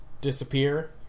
disappear